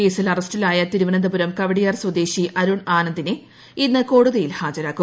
കേസിൽ അറസ്റ്റിലായും തിരുവനന്തപുരം കവടിയാർ സ്വദേശി അരുൺ ആനന്ദിനെ ഇ്ന്ന് കോടതിയിൽ ഹാജരാക്കും